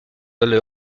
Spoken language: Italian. delle